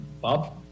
Bob